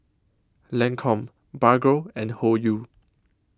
Lancome Bargo and Hoyu